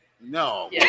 No